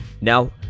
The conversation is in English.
now